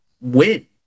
win